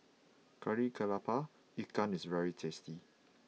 Kari Kepala Ikan is very tasty